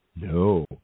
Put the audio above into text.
No